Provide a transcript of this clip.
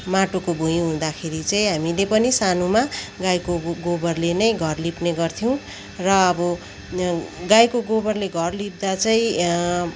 माटोको भुँइ हुँदाखेरि चाहिँ हामीले पनि सानोमा गाईको गोबरले नै घर लिप्ने गर्थ्यौँ र अब गाईको गोबरले घर लिप्दा चाहिँ